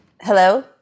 Hello